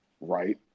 Right